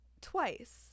twice